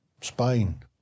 Spain